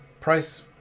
price